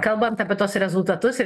kalbant apie tuos rezultatus ir